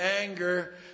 anger